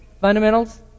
Fundamentals